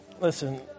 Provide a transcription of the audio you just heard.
listen